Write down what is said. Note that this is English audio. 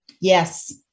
Yes